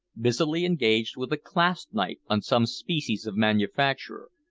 busily engaged with a clasp-knife on some species of manufacture,